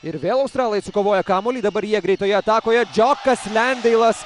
ir vėl australai atsikovoja kamuolį dabar jie greitoje atakoje džiokas lendeilas